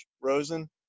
Rosen